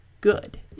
good